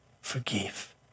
forgive